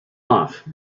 off